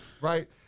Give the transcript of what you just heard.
right